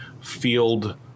field